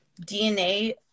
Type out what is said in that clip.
dna